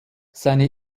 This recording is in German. seine